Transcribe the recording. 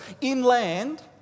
inland